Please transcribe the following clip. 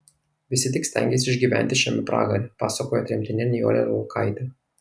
visi tik stengėsi išgyventi šiame pragare pasakojo tremtinė nijolė lelkaitė